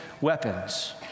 weapons